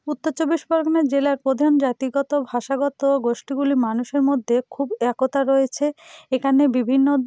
উত্তর চব্বিশ পরগনা জেলার প্রধান জাতিগত ভাষাগত গোষ্ঠীগুলির মানুষের মধ্যে খুব একতা রয়েছে এখানে বিভিন্ন